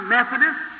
Methodist